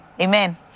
Amen